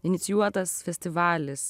inicijuotas festivalis